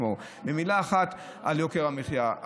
מילה אחת על יוקר המחיה.